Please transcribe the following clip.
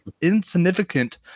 insignificant